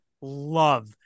love